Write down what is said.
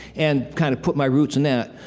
and kind of put my roots in that.